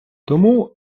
тому